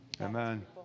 Amen